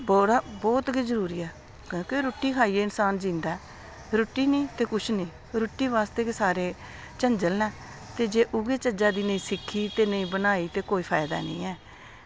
बहुत गै जरूरी ऐ क्योंकि रुट्टी खाइयै इन्सान जींदा ऐ रुट्टी निं ते किश बी नेईं रुट्टी बास्तै गै सारे झंझट न ते ओह्बी जे चज्जा दी निं सिक्खी ते नेईं बनाई ते ओह्बी कोई गल्ल निं